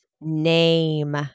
name